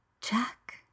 Jack